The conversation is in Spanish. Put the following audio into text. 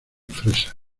fresa